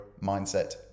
mindset